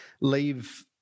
leave